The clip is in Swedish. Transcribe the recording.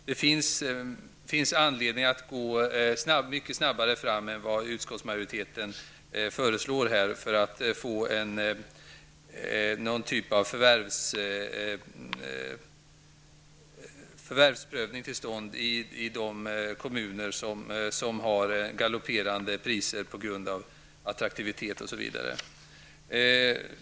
Det finns anledning att gå mycket snabbare fram än vad utskottsmajoriteten föreslår för att få till stånd någon typ av förvärvsprövning i de kommuner som har galopperande priser på grund av attraktivitet osv.